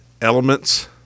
elements